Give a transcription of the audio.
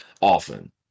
often